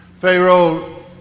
Pharaoh